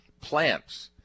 plants